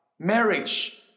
Marriage